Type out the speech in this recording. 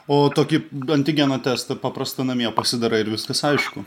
o tokį antigeno testą paprastą namie pasidarai ir viskas aišku